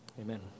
amen